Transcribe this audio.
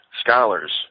scholars